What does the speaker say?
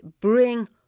bring